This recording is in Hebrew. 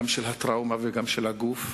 גם של הטראומה וגם של הגוף,